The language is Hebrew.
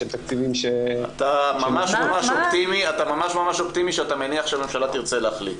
תקציבים --- אתה ממש אופטימי שאתה מניח שהממשלה תרצה להחליט.